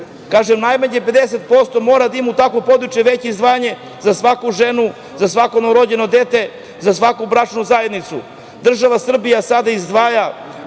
kažem, najmanje 50% mora da ima u takvo područje veće izdvajanje za svaku ženu, za svako novorođeno dete, za svaku bračnu zajednicu. Država Srbija sada izdvaja